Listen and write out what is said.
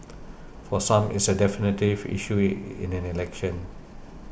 for some it's a definitive issue in an election